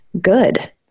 good